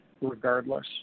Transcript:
regardless